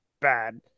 Bad